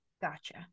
Gotcha